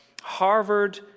Harvard